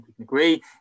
agree